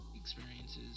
experiences